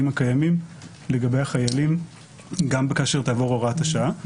הקיימים לגבי החיילים גם כאשר תעבור הוראת השעה,